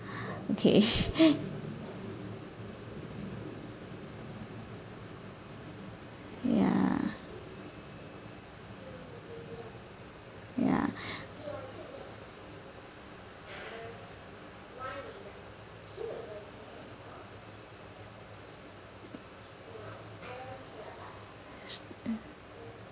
okay ya ya